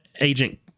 agent